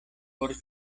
por